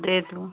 दे दो